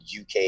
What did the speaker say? uk